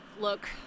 look